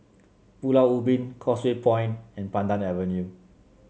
Pulau Ubin Causeway Point and Pandan Avenue